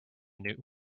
new